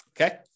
Okay